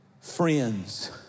Friends